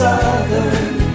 Southern